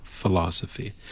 philosophy